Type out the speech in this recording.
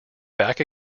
back